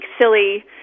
silly